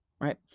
Right